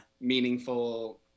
Meaningful